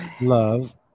love